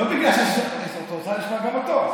לא בגלל, את רוצה לשמוע גם אותו.